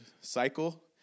cycle